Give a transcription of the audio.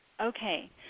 Okay